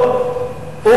חילול שבת.